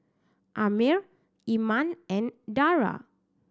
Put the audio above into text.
Ammir Iman and Dara